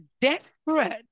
desperate